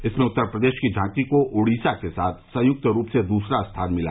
इसमें उत्तर प्रदेश की झांकी को ओडिशा के साथ संयुक्त रूप से दूसरा स्थान मिला